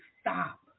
stop